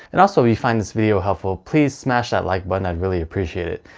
and also if you find this video helpful, please smash that like button i'd really appreciate it.